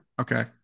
Okay